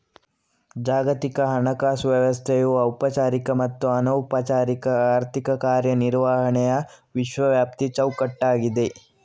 ಜಾಗತಿಕ ಹಣಕಾಸು ವ್ಯವಸ್ಥೆಯು ಔಪಚಾರಿಕ ಮತ್ತು ಅನೌಪಚಾರಿಕ ಆರ್ಥಿಕ ಕಾರ್ಯ ನಿರ್ವಹಣೆಯ ವಿಶ್ವವ್ಯಾಪಿ ಚೌಕಟ್ಟಾಗಿದೆ